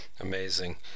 Amazing